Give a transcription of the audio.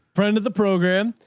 friend and the program.